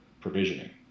provisioning